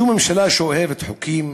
זאת ממשלה שאוהבת חוקים,